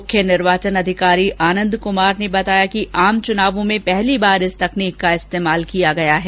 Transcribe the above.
मुख्य निर्वाचन अधिकारी आनंद क्मार ने बताया कि आम चुनावों में पहली बार इस तकनीक का इस्तेमाल किया गया है